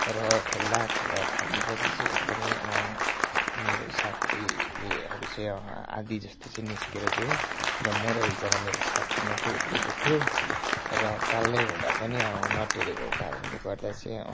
र खेल्दा खेल्दा थाकेपछि चाहिँ एकदमै मेरो साथीलेहरू चाहिँ आधा जस्तो चाहिँ निस्केर गयो र म र एकजना मेरो साथी मात्रै उब्रेको थियो र कालै हुँदा पनि नटेरेको कारणले गर्दा चाहिँ